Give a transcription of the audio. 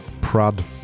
Prad